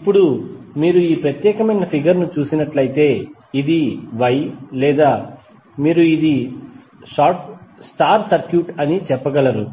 ఇప్పుడు మీరు ఈ ప్రత్యేకమైన ఫిగర్ ను చూసినట్లయితే ఇది Y లేదా మీరు ఇది స్టార్ సర్క్యూట్ చెప్పగలరు